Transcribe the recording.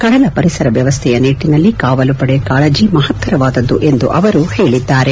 ಕಡಲ ಪರಿಸರ ವ್ಯವಸ್ಥೆಯ ನಿಟ್ಟನಲ್ಲಿ ಕಾವಲುಪಡೆ ಕಾಳಜಿ ಮಹತ್ತರವಾದದ್ದು ಎಂದು ಅವರು ಹೇಳಿದ್ದಾರೆ